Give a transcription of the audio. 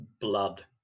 blood